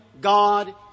God